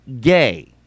gay